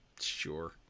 Sure